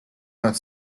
not